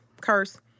Curse